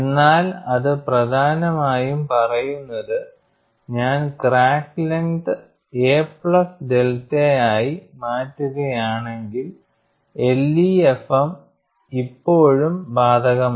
എന്നാൽ അത് പ്രധാനമായും പറയുന്നത് ഞാൻ ക്രാക്ക് ലെങ്ത് എ പ്ലസ് ഡെൽറ്റയായി മാറ്റുകയാണെങ്കിൽ LEFM ഇപ്പോഴും ബാധകമാണ്